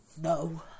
No